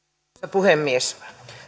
puhemies